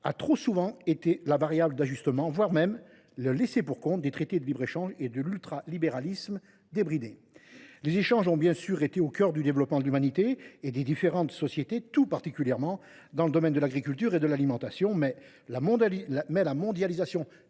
a trop souvent été la variable d’ajustement, voire le laissé pour compte des traités de libre échange et de l’ultralibéralisme débridé. Les échanges ont bien sûr été au cœur du développement de l’humanité et des différentes sociétés, tout particulièrement dans les domaines de l’agriculture et de l’alimentation, mais la mondialisation